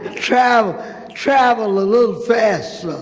travel travel a little faster,